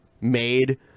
made